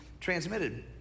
transmitted